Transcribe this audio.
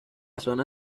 zona